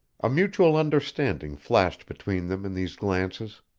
a mutual understanding flashed between them in these glances.